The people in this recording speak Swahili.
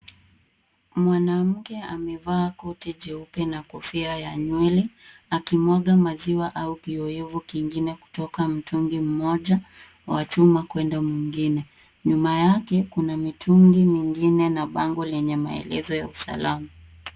Mwanamke amevaa koti jeupe na kofia ya nywele, akimwaga maziwa au kioevu kingine kutoka mtungi mmoja wa chuma kwenda mwingine. Nyuma yake kuna mitungi mingine na bango lenye maelezo ya usalama.